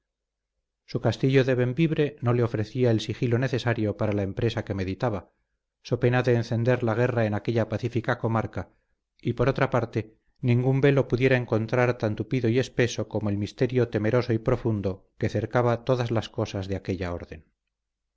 su castillo de bembibre no le ofrecía el sigilo necesario para la empresa que meditaba so pena de encender la guerra en aquella pacífica comarca y por otra parte ningún velo pudiera encontrar tan tupido y espeso como el misterio temeroso y profundo que cercaba todas las cosas de aquella orden